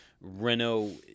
Renault